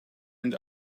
and